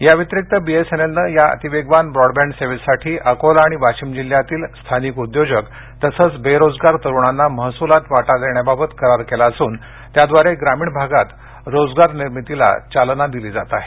या व्यतिरिक्त बीएसएनएलने या अतिवेगवान ब्रॉडबॅंड सेवेसाठी अकोला आणि वाशिम जिल्ह्यातील स्थानिक उद्योजक तसंच बेरोजगार तरुणांना महसुलात वाटा देण्याबाबत करार केला असून त्याद्वारे ग्रामीण भागात रोजगार निर्मितीला चालना देत आहे